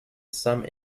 some